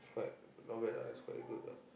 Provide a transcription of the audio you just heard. it's quite not bad ah it's quite good ah